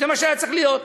זה מה שהיה צריך להיות.